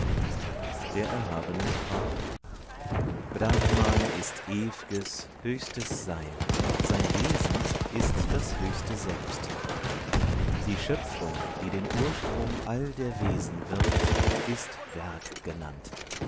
der erhabene sprach brahman ist ew'ges höchstes sein sein wesen ist das höchste selbst die schöpfung die den ursprung all der wesen wirkt ist werk genannt